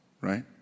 right